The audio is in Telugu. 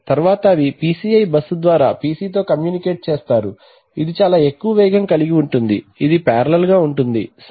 తరువాత అవి PCI బస్సు ద్వారా PCతో కమ్యూనికేట్ చేస్తారు ఇది చాలా ఎక్కువ వేగం ఉంటుంది ఇది పారలెల్ గా ఉంటుంది సరే